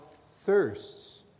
thirsts